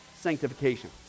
sanctification